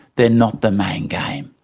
they're not the main game.